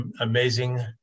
amazing